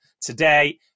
today